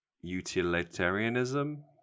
Utilitarianism